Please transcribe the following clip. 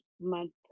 month